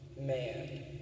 Man